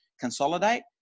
consolidate